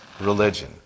religion